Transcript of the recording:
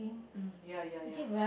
um ya ya ya